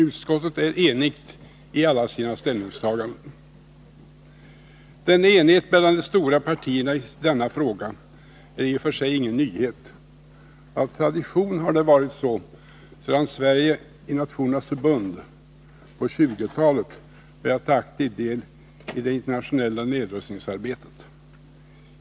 Utskottet är enigt i alla sina ställningstaganden. Enigheten mellan de stora partierna i denna fråga är i och för sig ingen nyhet. Av tradition har det varit så sedan Sverige i Nationernas förbund på 1920-talet började ta aktiv del i det internationella nedrustningsarbetet.